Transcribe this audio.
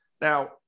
Now